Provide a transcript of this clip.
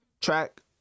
track